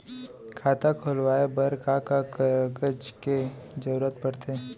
खाता खोलवाये बर का का कागज के जरूरत पड़थे?